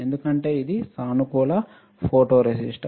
ఎందుకంటే ఇది సానుకూల ఫోటోరేసిస్ట్